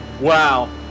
Wow